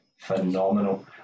phenomenal